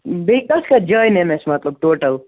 بیٚیہِ کَتھ کَتھ جایہِ نِنۍ اَسہِ مطلب ٹوٹَل